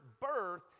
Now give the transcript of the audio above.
birth